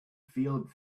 field